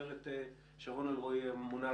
את הזווית של השלטון המקומי.